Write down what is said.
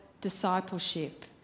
discipleship